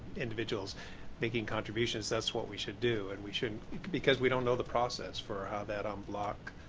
individuals making distributions that's what we should do and we shouldn't because we don't know the process for ah that on block